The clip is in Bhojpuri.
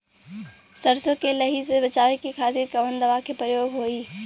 सरसो के लही से बचावे के खातिर कवन दवा के प्रयोग होई?